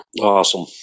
Awesome